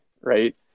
right